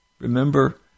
Remember